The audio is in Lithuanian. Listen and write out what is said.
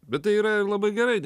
bet tai yra labai gerai